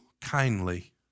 kindly